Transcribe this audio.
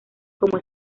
como